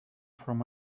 from